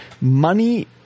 money